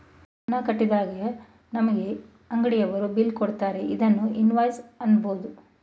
ಹಣ ಕಟ್ಟಿದಾಗ ನಮಗೆ ಅಂಗಡಿಯವರು ಬಿಲ್ ಕೊಡುತ್ತಾರೆ ಇದನ್ನು ಇನ್ವಾಯ್ಸ್ ಅನ್ನಬೋದು